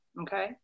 Okay